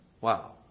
Wow